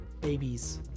babies